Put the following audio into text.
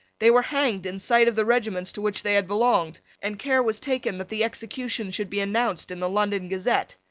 they were hanged in sight of the regiments to which they had belonged and care was taken that the executions should be announced in the london gazette,